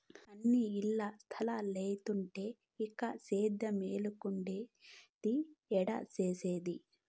అన్నీ ఇల్ల స్తలాలైతంటే ఇంక సేద్యేమేడుండేది, ఏడ సేసేది